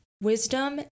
wisdom